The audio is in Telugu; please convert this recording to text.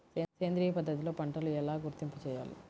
సేంద్రియ పద్ధతిలో పంటలు ఎలా గుర్తింపు చేయాలి?